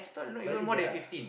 but is it that hard lah